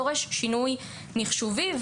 זה דורש שינוי מחשובי,